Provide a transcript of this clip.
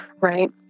right